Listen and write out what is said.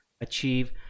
achieve